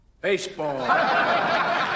Baseball